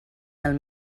del